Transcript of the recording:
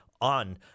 on